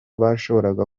bashobora